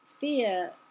fear